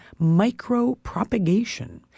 micropropagation